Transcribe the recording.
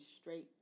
straight